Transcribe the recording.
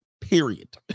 Period